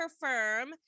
firm